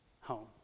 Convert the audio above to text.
home